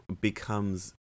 becomes